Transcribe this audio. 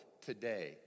today